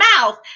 mouth